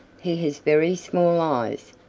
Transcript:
he has very small eyes,